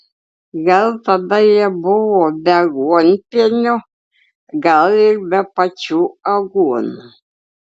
gal tada jie buvo be aguonpienio gal ir be pačių aguonų